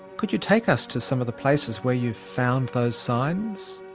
could you take us to some of the places where you've found those signs?